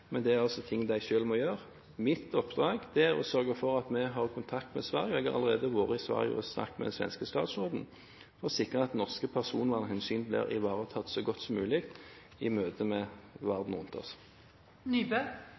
er altså noe de selv må gjøre. Mitt oppdrag er å sørge for at vi har kontakt med Sverige, og jeg har allerede vært i Sverige og snakket med den svenske statsråden for å sikre at norske personvernhensyn blir ivaretatt så godt som mulig i møtet med